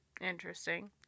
interesting